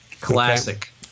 Classic